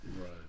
right